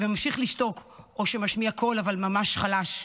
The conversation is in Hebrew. וממשיך לשתוק, או שהוא משמיע קול, אבל ממש חלש,